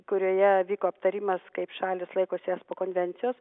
kurioje vyko aptarimas kaip šalys laikosi konvencijos